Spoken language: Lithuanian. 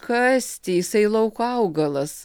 kasti jisai lauko augalas